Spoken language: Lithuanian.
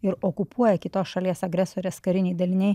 ir okupuoja kitos šalies agresorės kariniai daliniai